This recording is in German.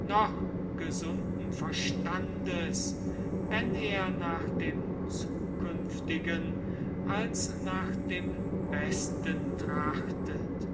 noch gesunden verstandes wenn er nach dem zukünftigen als nach dem besten trachtet